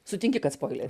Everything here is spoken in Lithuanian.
sutinki kad spoiler